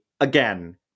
again